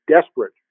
desperate